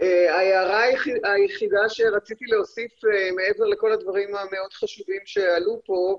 ההערה היחידה שרציתי להוסיף מעבר לכל הדברים המאוד חשובים שעלו פה,